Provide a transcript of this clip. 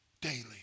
Daily